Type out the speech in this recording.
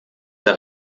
der